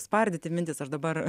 spardyti mintis aš dabar